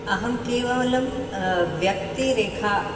अहं केवलं व्यक्तिरेखां